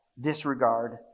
disregard